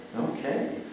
Okay